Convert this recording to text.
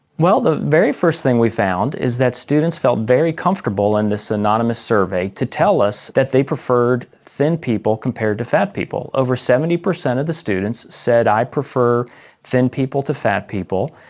well, the very first thing we found is that students felt very comfortable in this anonymous survey to tell us that they preferred thin people compared to fat people. over seventy percent of the students said, i prefer thin people to fat people.